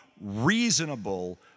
reasonable